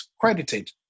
credited